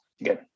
Again